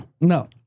No